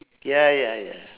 ya ya ya